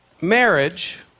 Marriage